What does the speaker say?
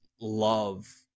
love